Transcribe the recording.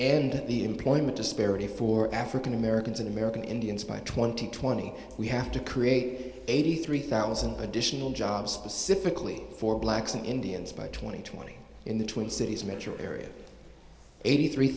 end the employment disparity for african americans in american indians by twenty twenty we have to create eighty three thousand additional jobs specifically for blacks and indians by twenty twenty in the twin cities metro area eighty three